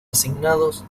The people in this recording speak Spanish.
asignados